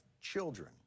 children